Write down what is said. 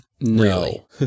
No